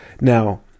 Now